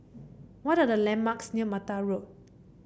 what are the landmarks near Mata Road